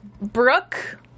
Brooke